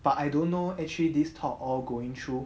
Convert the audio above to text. but I don't know actually this thought all going through